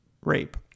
rape